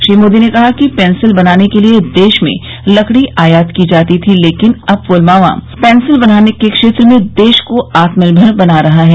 श्री मोदी ने कहा कि पेंसिल बनाने के लिए देश में लकड़ी आयात की जाती थी लेकिन अब पुलवामा पेंसिल बनाने के क्षेत्र में देश को आत्मनिर्भर बना रहा है